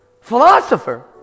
philosopher